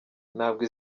ntabwo